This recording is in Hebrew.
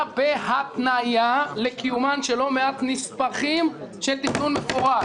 בהתניה לקיומם של לא מעט נספחים של תכנון מפורט